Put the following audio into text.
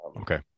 Okay